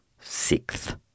Sixth